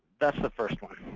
that's the first one.